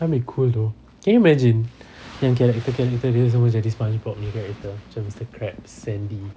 that'll be cool though can you imagine yang character character dia semua jadi spongebob punya character macam mister crab sandy